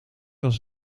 als